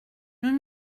nous